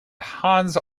hans